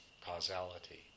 causality